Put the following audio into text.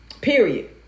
Period